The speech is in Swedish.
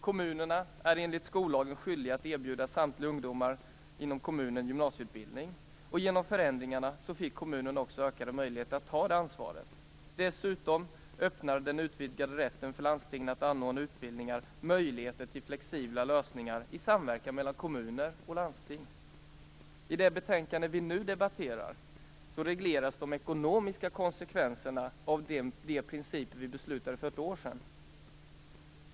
Kommunerna är enligt skollagen skyldiga att erbjuda samtliga ungdomar inom kommunen gymnasieutbildning. Genom förändringarna fick kommunerna också ökade möjligheter att ta det ansvaret. Dessutom öppnar den utvidgade rätten för landstingen att anordna utbildningar möjligheter till flexibla lösningar i samverkan mellan kommuner och landsting. I det betänkande vi nu debatterar, regleras de ekonomiska konsekvenserna av de principer som vi beslutade om för ett år sedan.